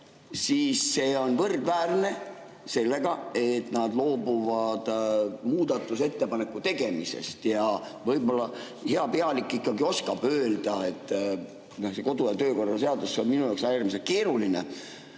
siis see on võrdväärne sellega, et nad loobuvad muudatusettepaneku tegemisest. Võib-olla hea pealik ikkagi oskab öelda – kodu- ja töökorra seadus on ikkagi minu jaoks äärmiselt keeruline,